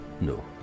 no